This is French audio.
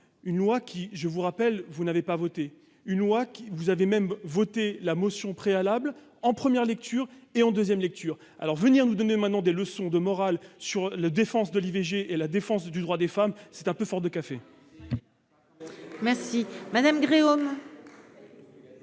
une loi qui, je vous rappelle, vous n'avez pas voté une loi qui vous avez même voté la motion préalable en première lecture et en 2ème lecture alors venir nous donner maintenant des leçons de morale sur la défense de l'IVG et la défense du droit des femmes, c'est un peu fort de café. Merci madame Gréaume.